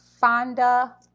Fonda